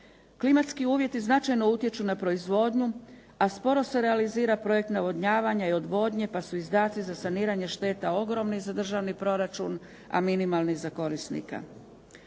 Klimatski uvjeti značajno utječu na proizvodnju a sporo se realizira projekt navodnjavanja i odvodnje pa su izdaci za saniranje šteta ogromni za državni proračun a minimalni za korisnika.